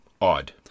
odd